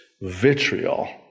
Vitriol